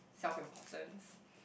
self importance